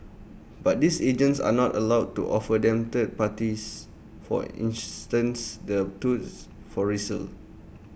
but these agents are not allowed to offer them third parties for instance the touts for resale